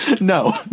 No